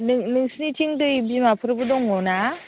नों नोंसोरनिथिं दै बिमाफोरबो दङ ना